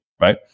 right